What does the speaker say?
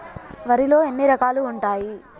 వరిలో ఎన్ని రకాలు ఉంటాయి?